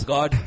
God